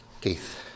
Keith